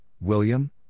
William